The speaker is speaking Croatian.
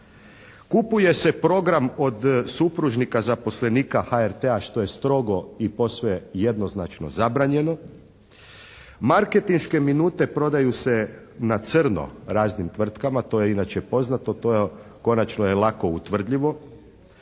Kupuje se program od supružnika zaposlenika HRT-a što je strogo i posve jednoznačno zabranjeno. Marketinške minute prodaju se na crno raznim tvrtkama, to je inače poznato, to je konačno je lako utvrdljivo.